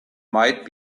might